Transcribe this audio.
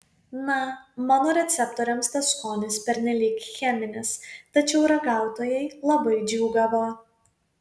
na mano receptoriams tas skonis pernelyg cheminis tačiau ragautojai labai džiūgavo